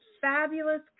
fabulous